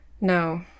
No